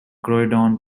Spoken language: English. croydon